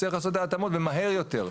צריך לעשות את ההתאמות ומהר יותר.